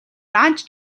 даанч